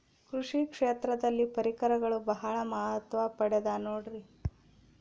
ಕೃಷಿ ಕ್ಷೇತ್ರದಲ್ಲಿ ಪರಿಕರಗಳು ಬಹಳ ಮಹತ್ವ ಪಡೆದ ನೋಡ್ರಿ?